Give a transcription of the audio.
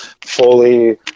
fully